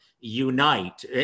unite